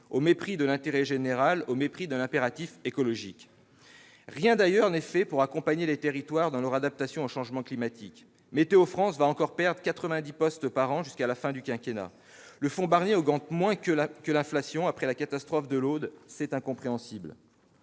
au mépris de l'intérêt général et de l'impératif écologique. Rien n'est fait pour accompagner les territoires dans leur adaptation au changement climatique. Météo France va encore perdre 90 postes par an jusqu'à la fin du quinquennat. Le fonds Barnier augmente moins que l'inflation. Après la catastrophe de l'Aude, c'est incompréhensible